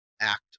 act